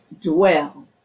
dwell